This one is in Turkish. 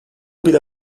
bile